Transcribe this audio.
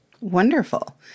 Wonderful